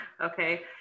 okay